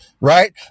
Right